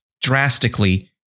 drastically